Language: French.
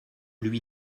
lui